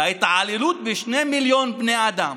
ההתעללות בשני מיליון בני אדם